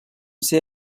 ser